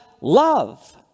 love